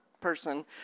person